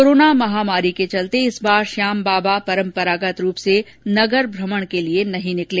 corona महामारी के चलते इस बार श्याम बाबा परंपरागत रूप से नगर भ्रमण के लिए नहीं निकले